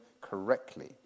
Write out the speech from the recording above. correctly